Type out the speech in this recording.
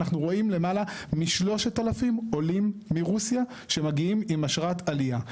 אנחנו רואים למעלה מ-3,000 עולים מרוסיה שמגיעים עם אשרת עלייה.